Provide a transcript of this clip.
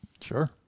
Sure